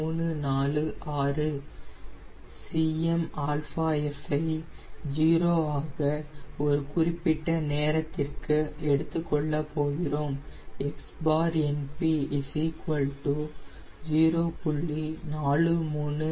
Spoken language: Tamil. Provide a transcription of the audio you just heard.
346 மற்றும் Cmf ஐ 0 ஆக ஒரு குறிப்பிட்ட நேரத்திற்கு எடுத்துக் கொள்ளப் போகிறோம்